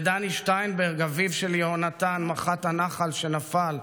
דני שטיינברג, אביו של יהונתן, מח"ט הנח"ל שנפל,